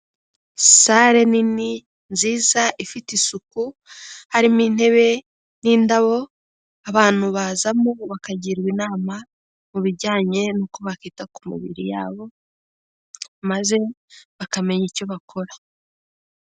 Sale nini nziza ifite isuku, harimo intebe n'indabo, abantu bazamo bakagirwa inama mu bijyanye n'uko bakita ku mibiri yabo maze bakamenya icyo bakora.